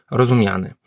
rozumiany